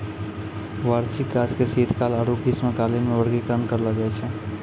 वार्षिक गाछ के शीतकाल आरु ग्रीष्मकालीन मे वर्गीकरण करलो जाय छै